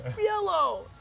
yellow